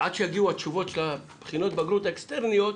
ועד שיגיעו התשובות של בחינות הבגרות האקסטרניות,